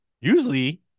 usually